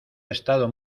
estado